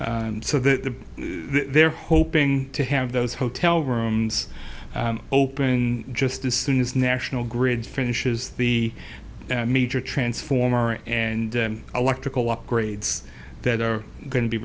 so the they're hoping to have those hotel rooms open just as soon as national grid finishes the major transformer and electrical upgrades that are going to be